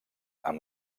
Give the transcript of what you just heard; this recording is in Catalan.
amb